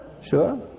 sure